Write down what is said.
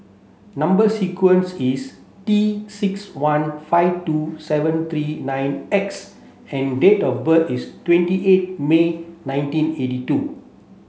number sequence is T six one five two seven three nine X and date of birth is twenty eight May nineteen eighty two